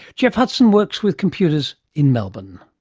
geoff hudson works with computers in melbourne.